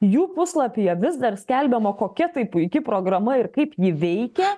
jų puslapyje vis dar skelbiama kokia tai puiki programa ir kaip ji veikia